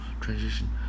transition